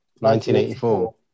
1984